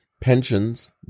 pensions